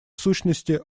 сущности